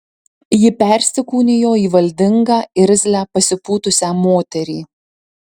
ji persikūnijo į valdingą irzlią pasipūtusią moterį